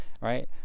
right